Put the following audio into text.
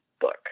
book